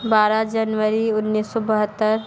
बारह जनवरी उन्नीस सौ बहत्तर